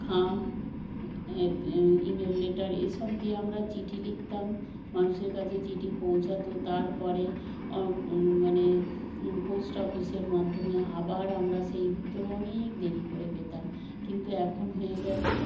খাম inland letter এসব দিয়ে আমরা চিঠি লিখতাম মানুষের কাছে চিঠি পৌঁছাতো তারপরে মানে পোস্ট অফিসের মাধ্যমে আবার আমরা সেই উত্তর অনেক দেরি করে পেতাম কিন্তু এখন হয়ে গেছে